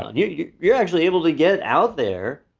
ah and yeah you're you're actually able to get out there.